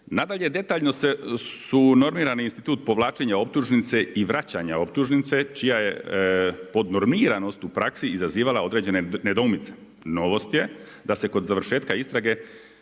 Nadalje, detaljno su normirani institut povlačenja optužnice i vraćanja optužnice, čija je podnormiranost u praksi izazivala određene nedoumice. Novost je da se kod završetak isprave,